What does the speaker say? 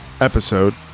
episode